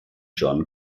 john